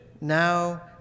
now